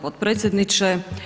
potpredsjedniče.